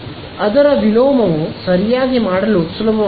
ಅದರ ವಿಲೋಮವು ಸರಿಯಾಗಿ ಮಾಡಲು ಸುಲಭವಾಗಿದೆ